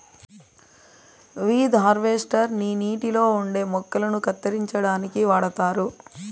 weed harvester ని నీటిలో ఉండే మొక్కలను కత్తిరించడానికి వాడుతారు